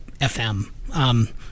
FM